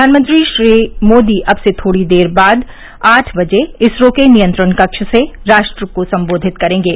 प्रधानमंत्री श्री मोदी अब से थोड़ी देर बाद आठ बजे इसरो के नियंत्रण कक्ष से राष्ट्र को सम्बोधित करेंगे